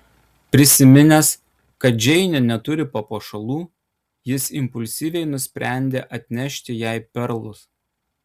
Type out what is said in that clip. prisiminęs kad džeinė neturi papuošalų jis impulsyviai nusprendė atnešti jai perlus